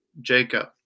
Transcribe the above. Jacob